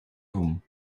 room